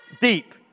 Deep